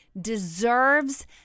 deserves